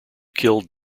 killed